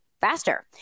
faster